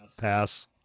Pass